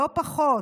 לא פחות.